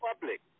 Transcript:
public